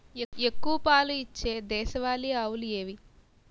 ఎక్కువ పాలు ఇచ్చే దేశవాళీ ఆవులు ఏవి?